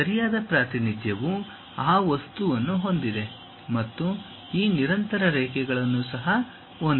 ಸರಿಯಾದ ಪ್ರಾತಿನಿಧ್ಯವು ಆ ವಸ್ತುಗಳನ್ನು ಹೊಂದಿದೆ ಮತ್ತು ಈ ನಿರಂತರ ರೇಖೆಗಳನ್ನು ಸಹ ಹೊಂದಿದೆ